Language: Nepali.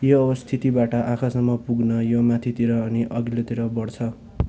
यो अवस्थितिबाट आँखासम्म पुग्न यो माथितिर अनि अगिल्तिर बढ्छ